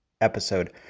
episode